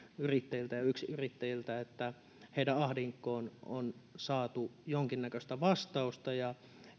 yrittäjiltä ja yksinyrittäjiltä siitä että heidän ahdinkoonsa on saatu jonkinnäköistä vastausta ja